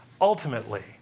ultimately